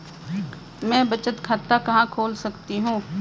मैं बचत खाता कहां खोल सकती हूँ?